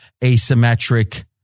asymmetric